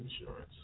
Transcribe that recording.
insurance